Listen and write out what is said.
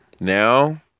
Now